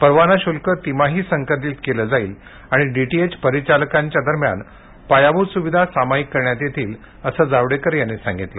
परवाना शुल्क तिमाही संकलित केलं जाईल आणि डीटीएच परिचालकांच्या दरम्यान पायाभूत सुविधा सामायिक करण्यात येतील असं जावडेकर यांनी सांगितलं